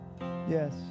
yes